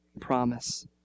promise